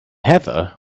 heather